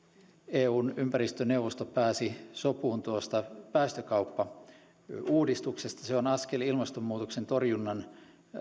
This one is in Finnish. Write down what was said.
eun ympäristöneuvosto pääsi sopuun päästökauppauudistuksesta se on askel ilmastonmuutoksen torjunnan